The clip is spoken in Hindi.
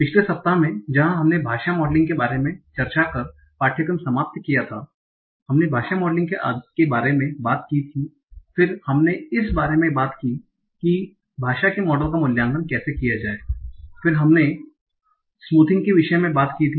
पिछले सप्ताह में जहाँ हमने भाषा मॉडलिंग के बारे में चर्चा कर पाठ्यक्रम समाप्त किया था हमने भाषा मॉडलिंग के आधार के बारे में बात की फिर हमने इस बारे में बात की कि भाषा के मॉडल का मूल्यांकन कैसे किया जाए और फिर हमने स्मूथिंग के विषय पर बात की थी